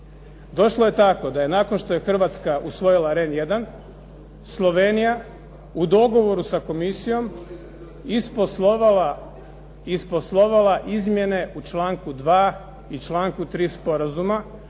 Došlo je tako da je nakon što je Hrvatska usvojila Rehn 1, Slovenija u dogovoru sa komisijom isposlovala izmjene u članku 2. i članku 3. sporazuma.